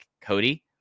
Cody